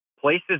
places